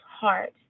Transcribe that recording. heart